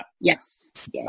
Yes